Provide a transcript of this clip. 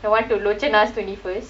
the [one] to lochana's twenty first